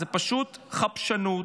זה פשוט חפ"שנות.